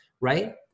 right